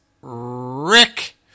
Rick